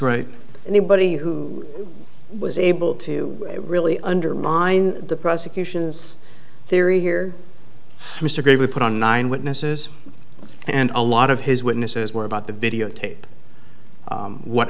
right anybody who was able to really undermine the prosecution's theory here mr gridley put on nine witnesses and a lot of his witnesses were about the videotape what